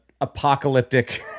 apocalyptic